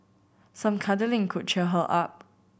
some cuddling could cheer her up